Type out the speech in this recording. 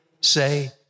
say